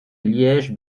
liège